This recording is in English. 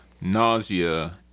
nausea